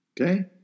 Okay